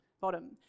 bottom